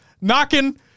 knocking